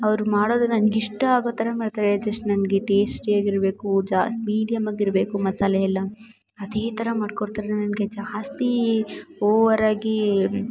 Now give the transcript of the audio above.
ಅವರು ಮಾಡೋದು ನನ್ಗೆ ಇಷ್ಟ ಆಗೋ ಥರ ಮಾಡ್ತಾರೆ ಜಸ್ಟ್ ನನಗೆ ಟೇಸ್ಟು ಹೇಗಿರಬೇಕು ಜಾಸ್ತಿ ಮೀಡಿಯಮ್ಮಾಗಿರಬೇಕು ಮಸಾಲೆ ಎಲ್ಲ ಅದೇ ಥರ ಮಾಡಿಕೊಡ್ತಾರೆ ನನಗೆ ಜಾಸ್ತಿ ಓವರಾಗಿ